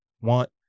want